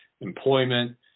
employment